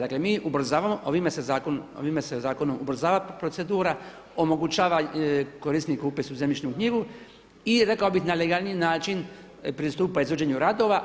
Dakle, mi ubrzavamo ovime se zakon ubrzava procedura, omogućava korisniku upis u zemljišnu knjigu i rekao bih na legalniji način pristupa izvođenju radova.